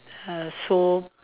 uh soap